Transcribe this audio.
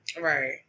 Right